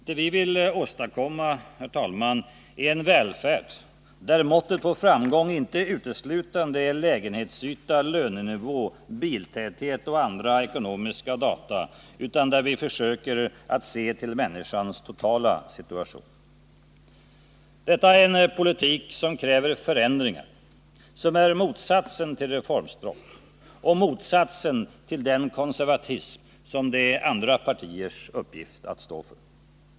Det vi vill åstadkomma är en välfärd där måttet på framgång inte uteslutande är lägenhetsyta, lönenivå, biltäthet och andra ekonomiska data, utan där vi försöker att se till människans totala situation. Detta är en politik som kräver förändringar, som är motsatsen till reformstopp och motsatsen till den konservatism som det är andra partiers uppgift att stå för.